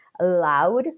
loud